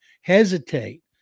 hesitate